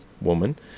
woman